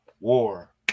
war